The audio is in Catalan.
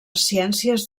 ciències